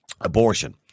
abortion